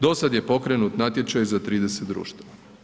Do sad je pokrenut natječaj za 30 društava.